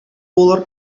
булыр